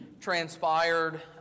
transpired